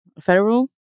federal